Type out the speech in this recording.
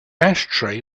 ashtray